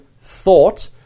thought